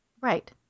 Right